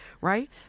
right